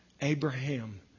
Abraham